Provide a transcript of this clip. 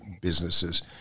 businesses